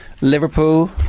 Liverpool